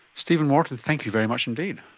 stephen wharton, thank you very much indeed.